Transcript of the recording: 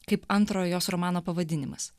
kaip antrojo jos romano pavadinimas